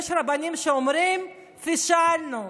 יש רבנים שאומרים: פישלנו,